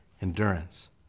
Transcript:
endurance